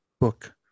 book